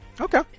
Okay